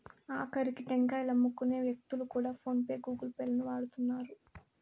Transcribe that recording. ఆకరికి టెంకాయలమ్ముకునే వ్యక్తులు కూడా ఫోన్ పే గూగుల్ పే లను వాడుతున్నారు